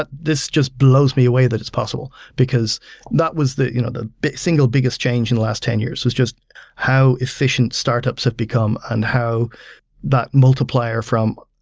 but this just blows me away that it's possible, because that was the you know the single biggest change in the last ten years, was just how efficient startups have become and how that multiplier from,